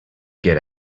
get